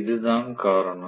அதுதான் காரணம்